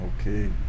Okay